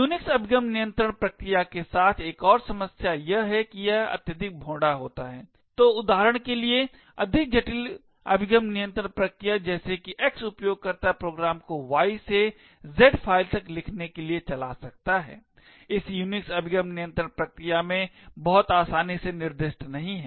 Unix अभिगम नियंत्रण प्रक्रिया के साथ एक और समस्या यह है कि यह अत्यधिक भोंडा होता है इसलिए उदाहरण के लिए अधिक जटिल अभिगम नियंत्रण प्रक्रिया जैसे कि X उपयोगकर्ता प्रोग्राम को Y से Z फाइल तक लिखने के लिए चला सकता हैं इस यूनिक्स अभिगम नियंत्रण प्रक्रिया में बहुत आसानी से निर्दिष्ट नहीं है